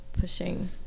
pushing